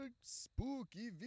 spooky